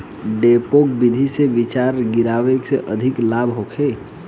डेपोक विधि से बिचरा गिरावे से अधिक लाभ होखे?